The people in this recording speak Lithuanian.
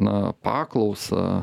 na paklausą